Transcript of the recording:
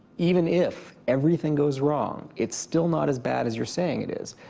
even if everything goes wrong it's still not as bad as you're saying it is.